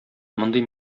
мондый